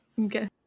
Okay